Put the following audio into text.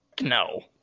No